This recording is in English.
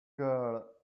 girl